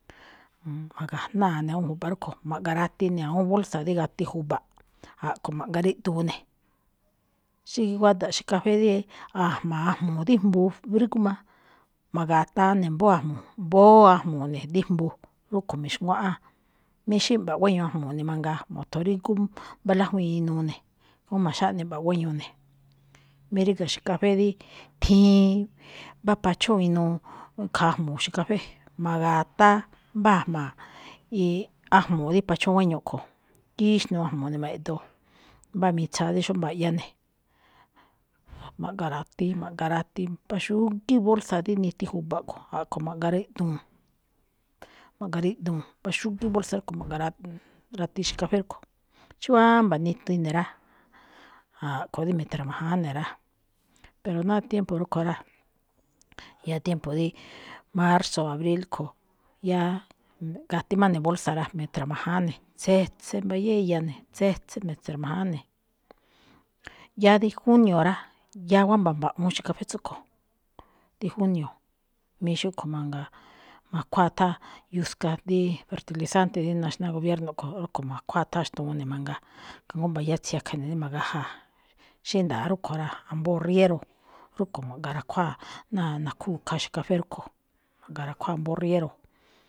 Ma̱ga̱jnáa̱ ne̱ awúun ju̱ba̱ꞌ rúꞌkho̱, ma̱ꞌgarati ne̱ ná awúun bolsa dí gati ju̱ba̱ꞌ, a̱ꞌkho̱ ma̱ꞌgariꞌdu̱u ne̱. Xí guáda̱ꞌ xi̱café dí a̱jma̱ ajmu̱u̱ dí jmbu rí ngújma, ma̱ga̱taa ne̱ mbóó ajmu̱u̱, mbóó ajmu̱u̱ dí jmbu, rúꞌkho̱ mi̱xnguáꞌán, mí xí mba̱ꞌ guéño ajmu̱u̱ ne̱ mangaa, mo̱tho̱nrígú mbá lájwíin inuu ne̱, jngó ma̱xáꞌne mba̱ꞌ guéño ne̱, mí ríga̱ xi̱kafé dí thiin, mbá pachóon inuu khaa ajmu̱u̱ xi̱kafé, ma̱ga̱taa mbá ajma̱a̱, ee, ajmu̱u̱ dí pachóon gueño kho̱, kíxnuu ajmu̱u̱ ne̱ ma̱gi̱ꞌdoo, mbá mitsaan dí xóo mba̱ꞌya ne̱. ma̱ꞌgaratíí, ma̱ꞌgaratíí mbá xúgíí bolsa dí niti ju̱ba̱ꞌ kho̱, ma̱ꞌgariꞌduu̱n, ma̱ꞌgariꞌduu̱n mbá xúgíí bolsa rúꞌkho̱ ma̱ga- raꞌ-rati xkafé rúꞌkho̱. Xí wámba̱ niti ne̱ rá, a̱ꞌkho̱ dí mi̱ta̱rma̱jáán né rá, pero náá tiempo rúꞌkho̱ rá, yáá tiempo dí marzo, abril kho̱, yáá gati má ne̱ bolsa rá, mi̱tra̱ma̱jáán ne̱, tsetse mbayá iya ne̱, tsetse ma̱tse̱rma̱jáán ne̱. Yáá dí junio rá, yáá wámba̱ mba̱ꞌwu̱u̱n xi̱kafé tsúꞌkho̱, dí junio, mí xúꞌkho̱ mangaa, ma̱khuáa tháan yuska dí fertilizante dí naxná gobierno kho̱, rúꞌkho̱ ma̱khuáa tháan xtuun ne̱ mangaa, kajngó mbayá tsiakhe̱ ne̱ rí ma̱gaja̱a̱, xí nda̱a̱ rúꞌkho̱ rá, ambóo riéro̱, rúꞌkho̱ ma̱ꞌgarakháa ná nakhúu khaa xi̱kafé rúꞌkho̱, ma̱ꞌgarakhuáa ambóo riéro̱.